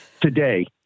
today